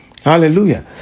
Hallelujah